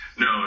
No